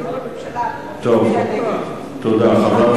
תודה רבה.